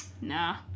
nah